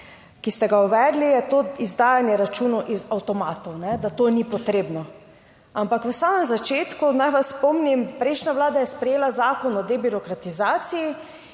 ki ste ga uvedli, je to izdajanje računov iz avtomatov, ne, da to ni potrebno. Ampak v samem začetku, naj vas spomnim, prejšnja vlada je sprejela Zakon o debirokratizaciji,